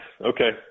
Okay